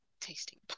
tasting